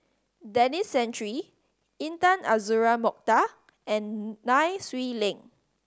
Denis Santry Intan Azura Mokhtar and Nai Swee Leng